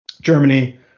Germany